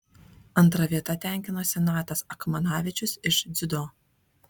antra vieta tenkinosi natas akmanavičius iš dziudo